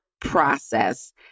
process